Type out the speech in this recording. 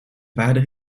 vader